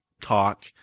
talk